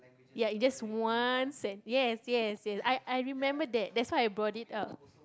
ya it just one sen~ yes yes yes I I remember that that's why I brought it out